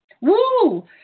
Woo